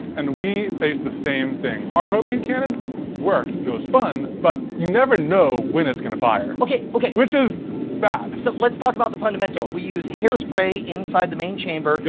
and we faced the same thing. our propane cannon worked and it was fun, but you never know when it's going to fire. okay, okay. which is bad. so let's talk about the fundamentals. we used hair spray inside the main chamber,